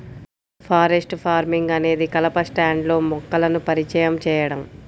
forest farming అనేది కలప స్టాండ్లో మొక్కలను పరిచయం చేయడం